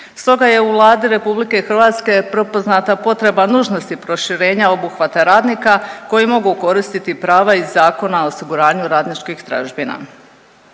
Stoga je u Vladi RH prepoznata potreba nužnosti proširenja obuhvata radnika koji mogu koristiti prava iz Zakona o osiguranju radničkih tražbina.